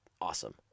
awesome